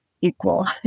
equal